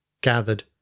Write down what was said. gathered